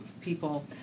people